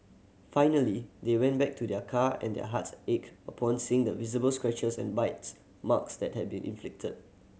finally they went back to their car and their hearts ached upon seeing the visible scratches and bites marks that had been inflicted